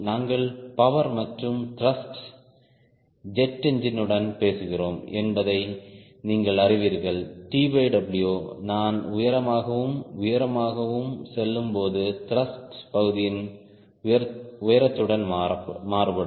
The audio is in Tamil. நாங்கள் பவர் மற்றும் த்ருஷ்ட் ஜெட் என்ஜினுடன் பேசுகிறோம் என்பதை நீங்கள் அறிவீர்கள் TW நான் உயரமாகவும் உயரமாகவும் செல்லும்போது த்ருஷ்ட் பகுதியும் உயரத்துடன் மாறுபடும்